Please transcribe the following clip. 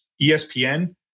ESPN